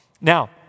Now